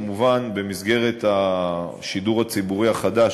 כמובן במסגרת השידור הציבורי החדש,